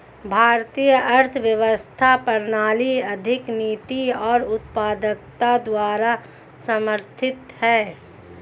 भारतीय अर्थव्यवस्था प्रणाली आर्थिक नीति और उत्पादकता द्वारा समर्थित हैं